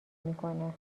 میکنه